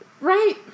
Right